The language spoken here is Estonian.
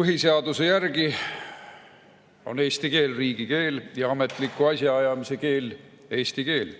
Põhiseaduse järgi on eesti keel riigikeel ja ametliku asjaajamise keel on eesti keel.